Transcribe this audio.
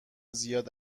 زیاد